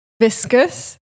viscous